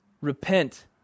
repent